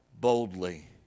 boldly